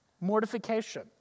Mortification